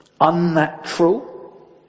unnatural